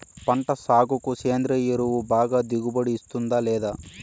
పంట సాగుకు సేంద్రియ ఎరువు బాగా దిగుబడి ఇస్తుందా లేదా